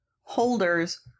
holders